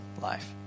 life